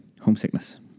homesickness